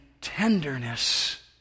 tenderness